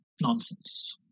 nonsense